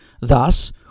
Thus